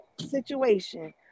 Situation